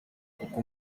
kuko